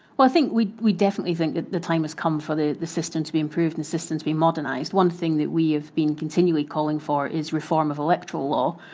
well, i think, we we definitely think that the time has come for the the system to be improved and the system to be modernised. one thing that we have been continually calling for is reform of electoral law,